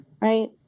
Right